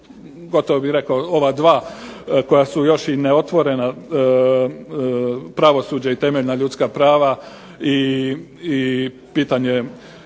gotovo bih rekao ova 2 koja su još i neotvorena, pravosuđe i temeljna ljudska prava i pitanje